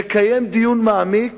לקיים דיון מעמיק